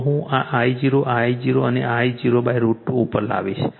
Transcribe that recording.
તો હું આ I0 આ I0 અને આ I0 √ 2 ઉપર આવીશ